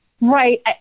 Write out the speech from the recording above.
Right